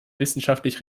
wissenschaftlich